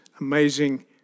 amazing